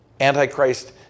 Antichrist